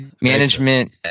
management